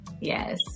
Yes